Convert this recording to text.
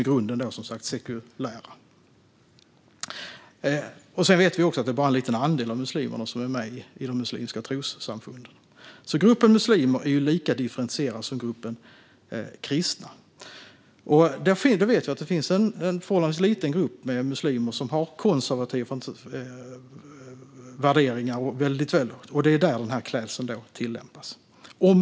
Vi vet också att det bara är en liten andel av muslimerna som är med i de muslimska trossamfunden. Gruppen muslimer är alltså lika differentierad som gruppen kristna. Det finns en förhållandevis liten grupp muslimer som har väldigt konservativa värderingar, och det är där den här klädseln används.